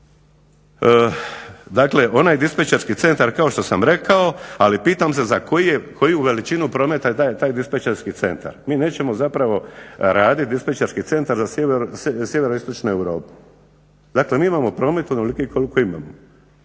Dakle, onaj dispečerski centar kao što sam rekao, ali pitam se za koju veličinu prometa je taj dispečerski centar. Mi nećemo zapravo raditi dispečerski centar za sjeveroistočnu Europu. Dakle, mi imamo promet onoliki koliko imamo